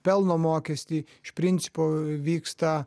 pelno mokestį iš principo vyksta